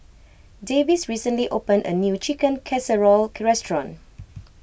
Davis recently opened a new Chicken Casserole restaurant